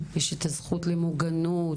יש את הזכות למוגנות,